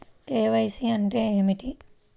KYC అంటే ఏమిటి?